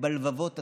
בלבבות הטהורים,